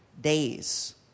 days